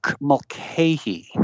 Mulcahy